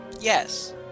Yes